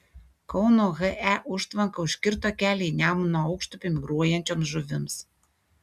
kauno he užtvanka užkirto kelią į nemuno aukštupį migruojančioms žuvims